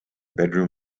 bedroom